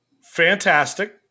Fantastic